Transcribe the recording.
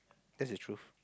that's the truth